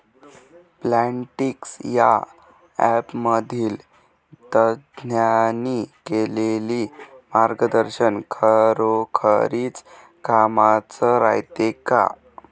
Plantix या ॲपमधील तज्ज्ञांनी केलेली मार्गदर्शन खरोखरीच कामाचं रायते का?